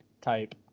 type